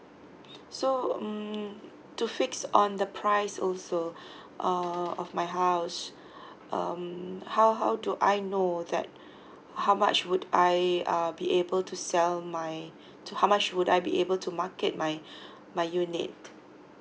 so mm to fix on the price also err of my house um how how do I know that how much would I uh be able to sell my to how much would I be able to market my my unit